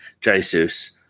Jesus